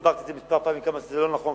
הסברתי פה כמה פעמים כמה שזה לא נכון,